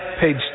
page